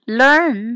learn